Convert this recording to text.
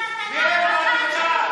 אל תגיד, מאיפה את יודעת?